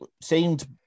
seemed